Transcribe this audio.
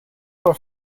for